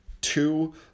two